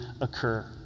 occur